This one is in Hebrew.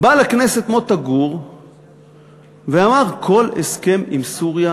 בא לכנסת מוטה גור ואמר: כל הסכם עם סוריה